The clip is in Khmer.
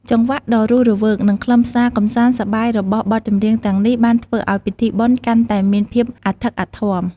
បទចម្រៀងទាំងនេះមានចង្វាក់លឿន ញាក់កន្ត្រាក់អារម្មណ៍ ដែលជំរុញឱ្យអ្នកស្តាប់ទប់ចិត្តមិនរាំតាមមិនបាន។